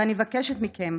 ואני מבקשת מכם,